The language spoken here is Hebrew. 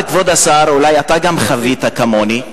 אבל, כבוד השר, אולי גם אתה חווית, כמוני,